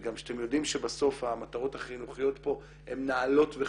וגם שאתם יודעים שבסוף המטרות החינוכיות פה הן נעלות וחשובות,